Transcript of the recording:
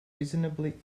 reasonably